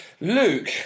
Luke